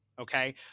Okay